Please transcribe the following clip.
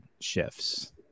shifts